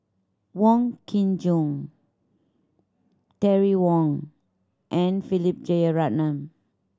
Wong Kin Jong Terry Wong and Philip Jeyaretnam